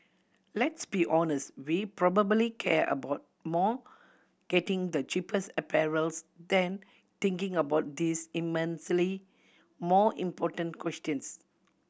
let's be honest we probably care about more getting the cheapest apparels than thinking about these immensely more important questions